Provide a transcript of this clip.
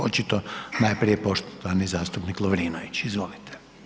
Očito najprije poštovani zastupnik Lovrinović, izvolite.